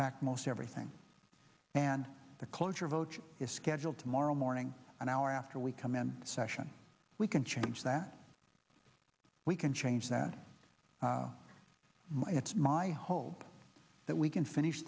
fact most everything and the closure vote is scheduled tomorrow morning an hour after we come in session we can change that we can change that my it's my hope that we can finish